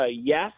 yes